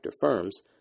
firms